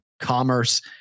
Commerce